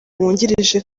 wungirije